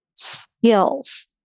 skills